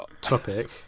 topic